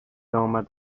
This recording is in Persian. آمد